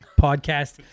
podcast